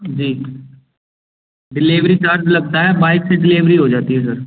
जी delivery charge लगता है bike से डिलेवरी हो जाती है सर